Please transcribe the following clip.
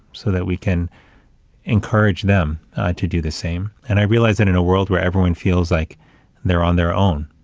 so that we can encourage them to do the same. and i realized that in a world where everyone feels like they're on their own,